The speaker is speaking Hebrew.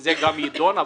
וזה גם ידון.